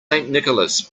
nicholas